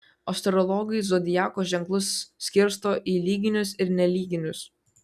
astrologai zodiako ženklus skirsto į lyginius ir nelyginius